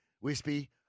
Wispy